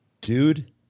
Dude